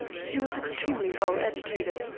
she was extremely well educated,